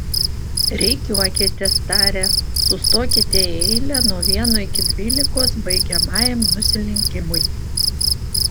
rikiuokitės tarė sustokite į eilę nuo vieno iki dvylikos baigiamajam nusilenkimui